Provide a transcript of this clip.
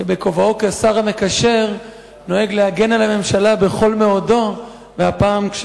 שבכובעו כשר המקשר נוהג להגן על הממשלה בכל מאודו והפעם,